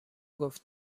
گفت